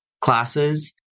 classes